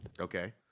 Okay